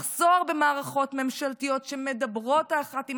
מחסור במערכות ממשלתיות שמדברות האחת עם